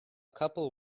couple